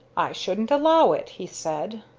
i shouldn't allow it, he said.